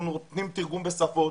אנחנו נותנים תרגום בשפות.